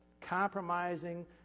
Compromising